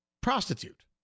prostitute